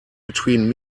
between